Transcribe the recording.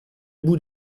bout